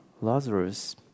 Lazarus